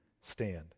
stand